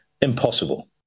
impossible